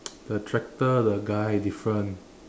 the tractor the guy different